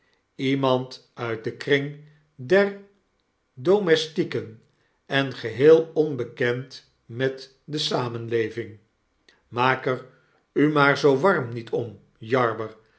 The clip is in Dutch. iemand uit den kring der domestieken en geheel onbekend met de samenleving p maak er u maar zoo warm niet om jarber